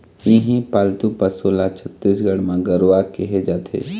इहीं पालतू पशु ल छत्तीसगढ़ म गरूवा केहे जाथे